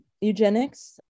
eugenics